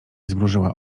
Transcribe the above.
zmrużyła